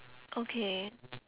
okay